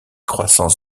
croissance